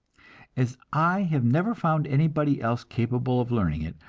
as i have never found anybody else capable of learning it,